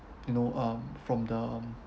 you know um from the